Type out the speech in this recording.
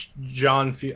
john